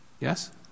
Yes